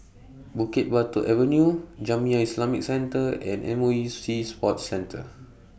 Bukit Batok Avenue Jamiyah Islamic Centre and M O E Sea Sports Centre